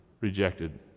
rejected